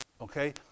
Okay